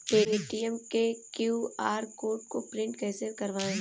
Paytm के QR code को print कैसे करवाएँ?